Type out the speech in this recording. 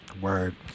word